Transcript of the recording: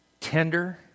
tender